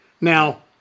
Now